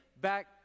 back